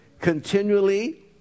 Continually